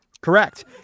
Correct